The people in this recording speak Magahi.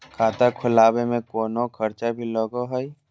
खाता खोलावे में कौनो खर्चा भी लगो है?